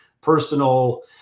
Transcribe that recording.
personal